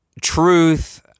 truth